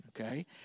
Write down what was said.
Okay